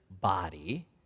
body